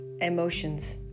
emotions